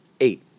eight